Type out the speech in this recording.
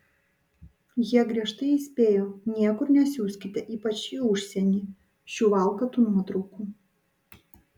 jie griežtai įspėjo niekur nesiųskite ypač į užsienį šių valkatų nuotraukų